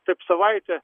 taip savaitę